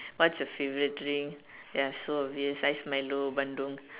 what's your favorite drink ya so obvious ice Milo bandung